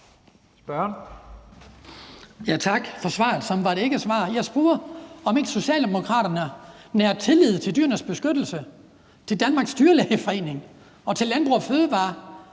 Skibby (DD): Tak for svaret, som var et ikkesvar. Jeg spurgte, om ikke Socialdemokraterne nærer tillid til Dyrenes Beskyttelse, til Den Danske Dyrlægeforening og til Landbrug & Fødevarer,